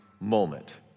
moment